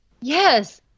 Yes